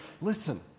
Listen